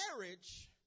marriage